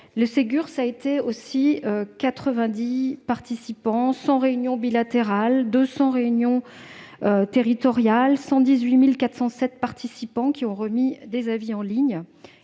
Le Ségur, cela fut aussi 90 participants, 100 réunions bilatérales, 200 réunions territoriales, 118 407 participants qui ont remis des avis en ligne.